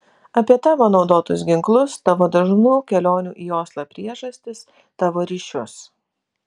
apie tavo naudotus ginklus tavo dažnų kelionių į oslą priežastis tavo ryšius